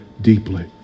deeply